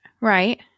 Right